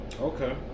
Okay